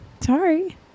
sorry